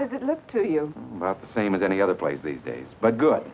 does it look to you the same as any other place these days but good